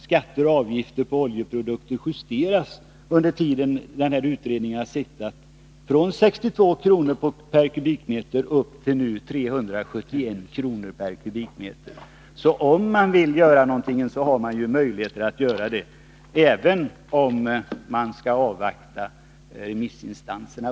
Skatter och avgifter på oljeprodukter har justerats under den tid utredningen arbetat — från 62 kr. m?. Om man vill göra någonting har man alltså möjlighet att göra det, även om man skall avvakta remissinstanserna.